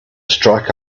strike